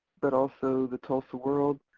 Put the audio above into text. but also the tulsa world.